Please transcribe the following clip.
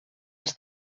els